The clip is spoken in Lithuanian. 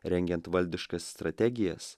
rengiant valdiškas strategijas